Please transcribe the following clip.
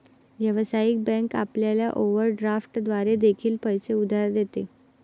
व्यावसायिक बँक आपल्याला ओव्हरड्राफ्ट द्वारे देखील पैसे उधार देते